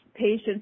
Patients